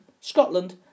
Scotland